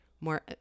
more